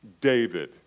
David